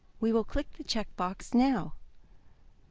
we will click the check box now,